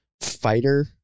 fighter